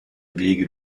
wege